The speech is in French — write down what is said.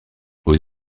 aux